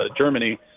Germany